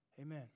Amen